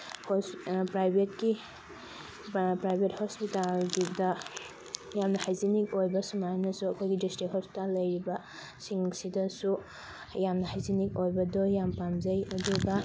ꯄ꯭ꯔꯥꯏꯚꯦꯠꯀꯤ private ꯍꯣꯁꯄꯤꯇꯥꯜꯒꯤꯗ ꯌꯥꯝꯅ hygienic ꯑꯣꯏꯕ ꯁꯨꯃꯥꯏꯅꯁꯨ ꯑꯩꯈꯣꯏꯒꯤ ꯗꯤꯁꯇ꯭ꯔꯤꯛ ꯍꯣꯁꯄꯤꯇꯥꯜ ꯂꯩꯔꯤꯕ ꯁꯤꯡꯁꯤꯗꯁꯨ ꯌꯥꯝꯅ ꯍꯥꯏꯖꯤꯅꯤꯛ ꯑꯣꯏꯕꯗꯣ ꯌꯥꯝ ꯄꯥꯝꯖꯩ ꯑꯗꯨꯒ